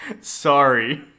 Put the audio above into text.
Sorry